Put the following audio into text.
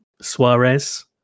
Suarez